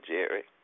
Jerry